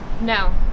no